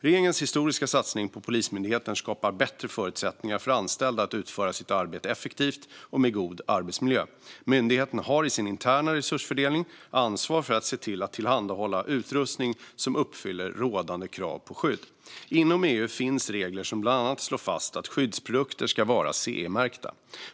Regeringens historiska satsning på Polismyndigheten skapar bättre förutsättningar för anställda att utföra sitt arbete effektivt och med god arbetsmiljö. Myndigheten har i sin interna resursfördelning ansvar för att se till att tillhandahålla utrustning som uppfyller rådande krav på skydd. Inom EU finns regler som bland annat slår fast att skyddsprodukter ska vara CE-märkta.